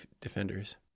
defenders